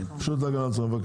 הרשות להגנת הצרכן בבקשה.